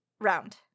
round